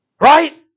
Right